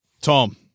Tom